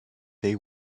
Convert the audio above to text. they